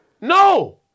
no